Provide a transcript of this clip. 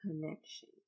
connection